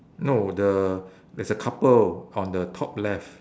no the there's a couple on the top left